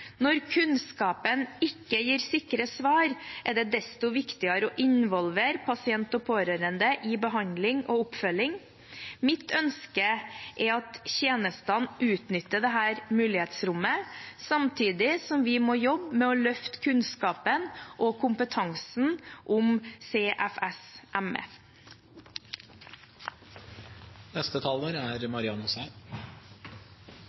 Når kunnskapen ikke gir sikre svar, er det desto viktigere å involvere pasient og pårørende i behandling og oppfølging. Mitt ønske er at tjenestene utnytter dette mulighetsrommet, samtidig som vi må jobbe med å løfte kunnskapen og kompetansen om CFS/ME. Jeg registrerer at statsråden forteller at Helsedirektoratet er